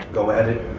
go at it,